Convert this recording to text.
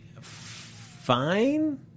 fine